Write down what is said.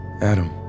Adam